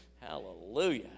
Hallelujah